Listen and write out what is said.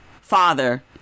father